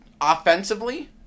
offensively